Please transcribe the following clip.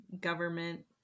government